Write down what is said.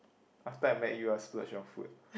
after I met you I splurge on food